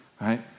right